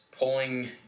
Pulling